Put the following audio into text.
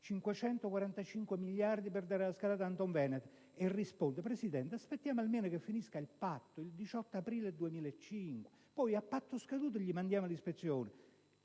545 miliardi per dare la scalata ad Antonveneta) e risponde: «Presidente, aspettiamo almeno che finisca il patto, il 18 aprile del 2005. Poi, a patto scaduto, mandiamo l'ispezione».